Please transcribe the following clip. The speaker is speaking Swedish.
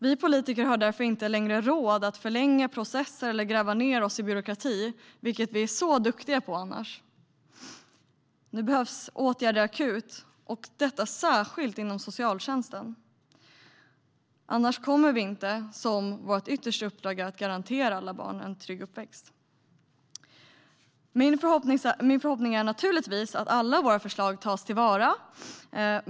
Vi politiker har därför inte längre råd att förlänga processer eller gräva ner oss i byråkrati, vilket vi annars är så duktiga på. Nu behövs åtgärder akut, och det särskilt inom socialtjänsten. Annars kommer vi inte längre, som vårt yttersta uppdrag är, att kunna garantera alla barn en trygg uppväxt. Min förhoppning är att alla våra förslag tas till vara.